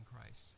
Christ